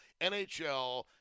NHL